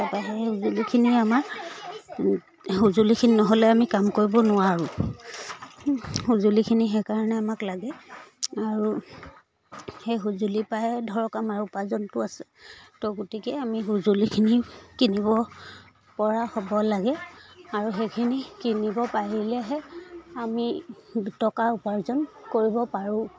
তাপা সেই সঁজুলিখিনি আমাৰ সঁজুলিখিনি নহ'লে আমি কাম কৰিব নোৱাৰোঁ সঁজুলিখিনি সেইকাৰণে আমাক লাগে আৰু সেই সঁজুলিৰ পৰাই ধৰক আমাৰ উপাৰ্জনটো আছে তো গতিকে আমি সঁজুলিখিনি কিনিব পৰা হ'ব লাগে আৰু সেইখিনি কিনিব পাৰিলেহে আমি টকা উপাৰ্জন কৰিব পাৰোঁ